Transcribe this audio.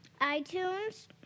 iTunes